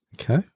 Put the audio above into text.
Okay